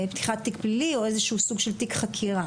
פתיחת תיק פלילי, או איזה שהוא סוג של תיק חקירה.